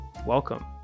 Welcome